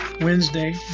Wednesday